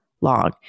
long